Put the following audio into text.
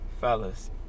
fellas